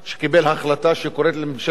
שקוראת לממשלת ישראל,